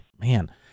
man